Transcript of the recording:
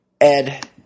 Ed –